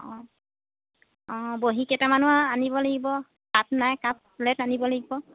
অঁ অঁ বহী কেইটামানো আনিব লাগিব কাপ নাই কাপ প্লেট আনিব লাগিব